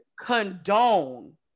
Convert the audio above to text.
condone